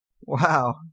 wow